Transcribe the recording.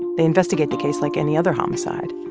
they investigate the case like any other homicide.